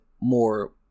more